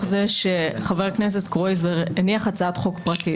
זה שחבר הכנסת קרויזר הניח הצעת חוק פרטית.